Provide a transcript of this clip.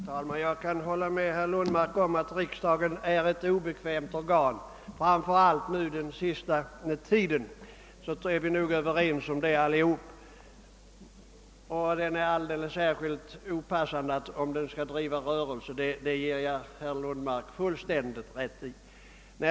Herr talman! Jag kan hålla med herr Lundmark om att riksdagen är ett obekvämt organ, framför allt vid denna tiden på sessionen. Det är vi väl alla överens om. Och riksdagen är alldeles särskilt olämplig att driva en rörelse; det ger jag herr Lundmark fullständigt rätt i.